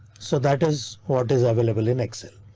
so that is what is available in excel.